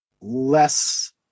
less